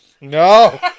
No